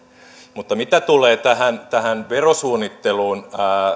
mutta mitä tulee tähän tähän verosuunnitteluun